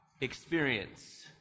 experience